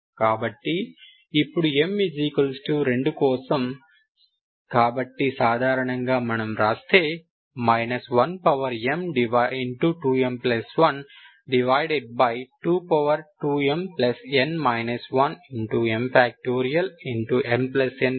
కాబట్టి ఇప్పుడు m 2 కోసం కాబట్టి సాధారణంగా మనము వ్రాస్తే 1m2mn22mn 1m